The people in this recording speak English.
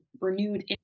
renewed